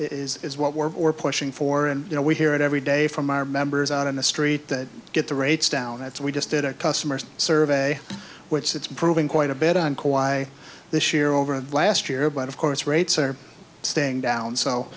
is what we're or pushing for and you know we hear it every day from our members out in the street that get the rates down that's we just did a customer survey which it's proving quite a bit on co i this year over the last year but of course rates are staying down so